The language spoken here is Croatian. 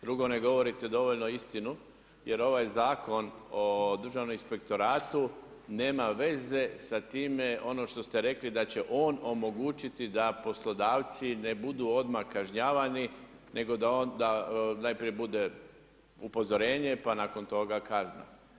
Drugo, ne govorite dovoljno istinu jer ovaj Zakon o Državnom inspektoratu nema veze s time, ono što ste rekli da će on omogućiti da poslodavci ne budu odmah kažnjavani nego da onda najprije bude upozorenje pa nakon toga kazna.